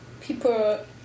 people